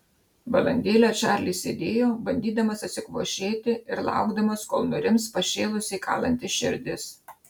valandėlę čarlis sėdėjo bandydamas atsikvošėti ir laukdamas kol nurims pašėlusiai kalanti širdis